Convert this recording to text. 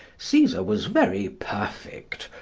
caesar was very perfect,